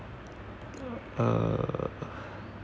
uh